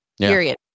Period